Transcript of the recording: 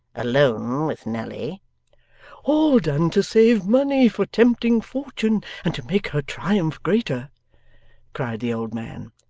alone with nelly all done to save money for tempting fortune, and to make her triumph greater cried the old man.